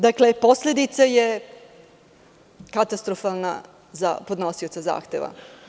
Dakle, posledica je katastrofalna za podnosioca zahteva.